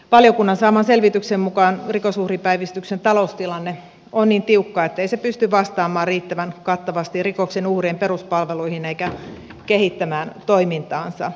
valiokunnan saaman selvityksen mukaan rikosuhripäivystyksen taloustilanne on niin tiukka ettei se pysty vastaamaan riittävän kattavasti rikoksen uhrien peruspalveluihin eikä kehittämään toimintaansa